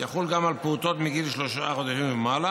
יחול גם על פעוטות מגיל שלושה חודשים ומעלה,